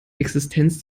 existenz